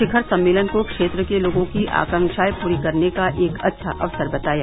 शिखर सम्मेलन को क्षेत्र के लोगों की आकांक्षाएं पूरी करने का एक अच्छा अवसर बताया